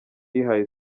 ihaye